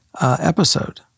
episode